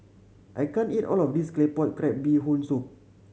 I can't eat all of this Claypot Crab Bee Hoon Soup